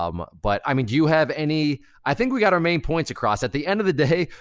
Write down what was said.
um but, i mean, do you have any, i think we got our main points across. at the end of the day,